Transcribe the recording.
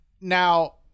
Now